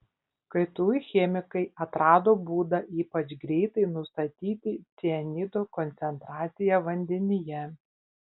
ktu chemikai atrado būdą ypač greitai nustatyti cianido koncentraciją vandenyje